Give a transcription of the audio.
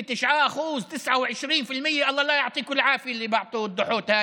29% (אומר בערבית: שאלוהים לא ייתן בריאות לאלה שנתנו את הדוחות האלה